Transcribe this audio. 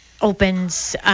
opens